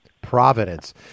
Providence